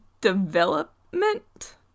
development